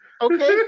okay